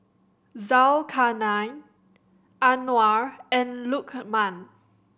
Zulkarnain Anuar and Lukman